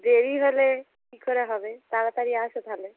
দেরি হলে কী করে হবে তাড়াতাড়ি এসো তাহলে